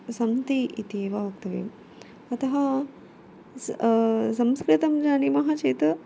सन्ति इत्येव वक्तव्यं अतः स् संस्कृतं जानीमः चेत्